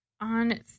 On